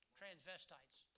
transvestites